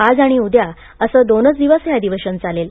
आज आणि उद्या असे दोनच दिवस हे अधिवेशन चालेल